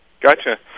Gotcha